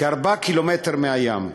כ-4 ק"מ מהים,